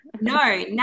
No